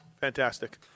Fantastic